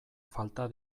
falta